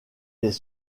des